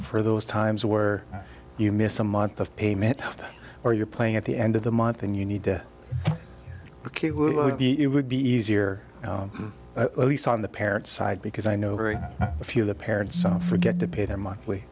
for those times where you miss a month of payment or you're playing at the end of the month and you need to book you would be it would be easier on the parents side because i know very few of the parents so forget to pay their monthly